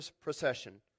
procession